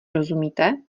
rozumíte